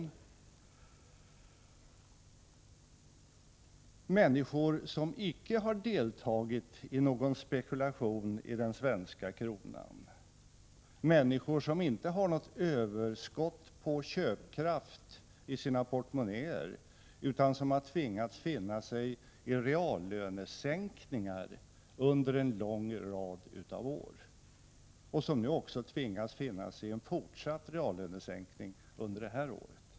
Det är människor som icke har deltagit i någon spekulation i den svenska kronan, som inte har något överskott på köpkraft i sina portmonnäer utan som har tvingats finna sig i reallönesänkningar under en lång rad av år och nu också tvingas finna sig i en fortsatt reallönesänkning under detta år.